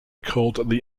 called